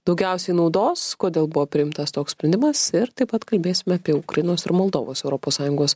daugiausiai naudos kodėl buvo priimtas toks sprendimas ir taip pat kalbėsime apie ukrainos ir moldovos europos sąjungos